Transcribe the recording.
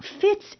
fits